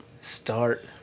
start